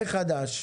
מחדש,